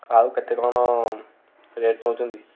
ଆଉ କେତେ କ'ଣ ରେଟ୍ ନେଉଛନ୍ତି